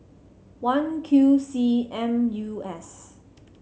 one Q C M U S